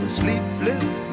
sleepless